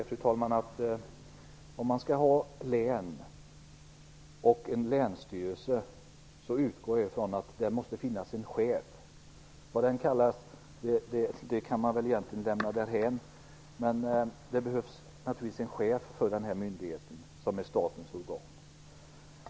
Fru talman! Om man skall ha län och en länsstyrelse utgår jag från att det måste finnas en chef. Vad den chefen kallas kan man egentligen lämna därhän, men det behövs naturligtvis en chef för den här myndigheten som är statens organ.